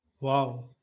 Wow